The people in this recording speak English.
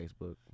Facebook